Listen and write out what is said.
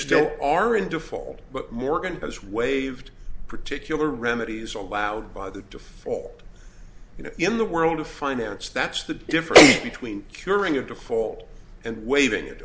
still are in default but morgan has waived particular remedies allowed by that to fall you know in the world of finance that's the difference between curing a default and waving